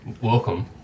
Welcome